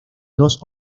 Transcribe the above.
dos